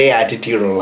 attitude